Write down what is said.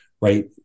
right